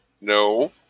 No